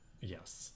Yes